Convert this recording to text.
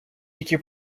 які